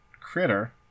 critter